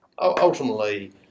Ultimately